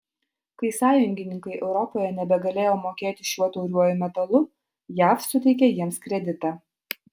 kai sąjungininkai europoje nebegalėjo mokėti šiuo tauriuoju metalu jav suteikė jiems kreditą